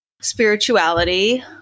spirituality